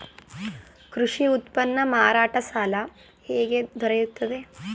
ಕೃಷಿ ಉತ್ಪನ್ನ ಮಾರಾಟ ಸಾಲ ಹೇಗೆ ದೊರೆಯುತ್ತದೆ?